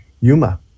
Yuma